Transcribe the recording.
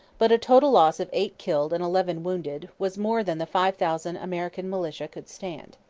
but a total loss of eight killed and eleven wounded was more than the five thousand american militia could stand.